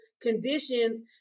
conditions